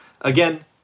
again